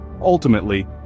ultimately